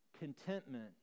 contentment